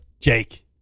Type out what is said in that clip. Jake